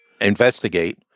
investigate